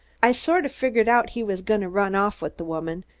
i sort of figured out he was goin' to run off with the woman,